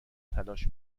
تلاش